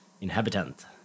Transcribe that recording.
inhabitant